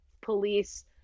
police